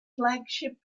flagship